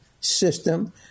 system